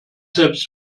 selbst